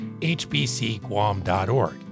hbcguam.org